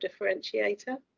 differentiator